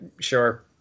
sure